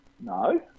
no